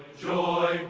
joy,